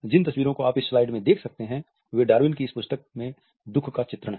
जिन तस्वीरों को आप इस स्लाइड पर देख सकते हैं वे डार्विन की इस पुस्तक में दुःख का चित्रण हैं